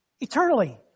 Eternally